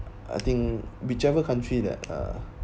I think whichever country that uh